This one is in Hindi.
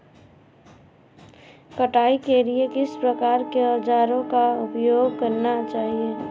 कटाई के लिए किस प्रकार के औज़ारों का उपयोग करना चाहिए?